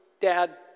Dad